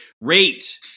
Rate